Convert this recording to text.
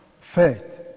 faith